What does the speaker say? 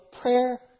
prayer